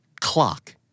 Clock